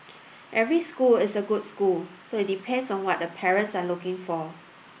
every school is a good school so it depends on what the parents are looking for